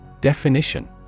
Definition